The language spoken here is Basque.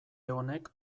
honek